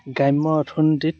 গ্ৰাম্য অৰ্থনীতিত